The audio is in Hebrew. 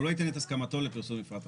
הוא לא ייתן את הסכמתו לפרסום מפרט אחיד.